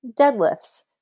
deadlifts